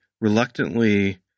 reluctantly